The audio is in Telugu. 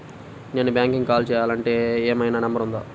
నేను బ్యాంక్కి కాల్ చేయాలంటే ఏమయినా నంబర్ ఉందా?